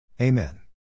Amen